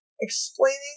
explaining